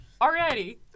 Already